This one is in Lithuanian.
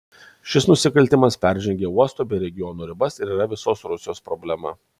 šis nusikaltimas peržengia uosto bei regiono ribas ir yra visos rusijos problema